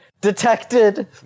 Detected